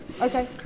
Okay